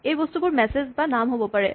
এই বস্তুবোৰ মেছেজ বা নাম হ'ব পাৰে